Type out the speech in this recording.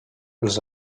els